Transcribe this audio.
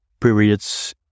periods